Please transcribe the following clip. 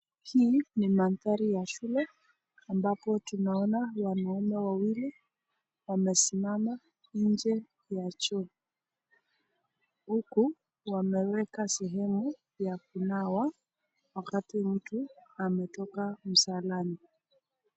Hii ni mandhari ya shule, ambapo tunaona wanaume wawili wamesimama nje ya choo, huku wameweka sehemu ya kunawa wakati mtu wametoka msalani.